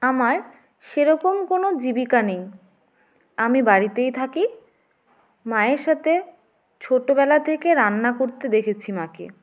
আমার সেরকম কোনো জীবিকা নেই আমি বাড়িতেই থাকি মায়ের সাথে ছোটোবেলা থেকে রান্না করতে দেখেছি মাকে